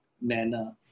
manner